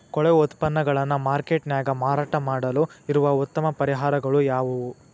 ಕೊಳೆವ ಉತ್ಪನ್ನಗಳನ್ನ ಮಾರ್ಕೇಟ್ ನ್ಯಾಗ ಮಾರಾಟ ಮಾಡಲು ಇರುವ ಉತ್ತಮ ಪರಿಹಾರಗಳು ಯಾವವು?